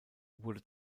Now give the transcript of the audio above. wurde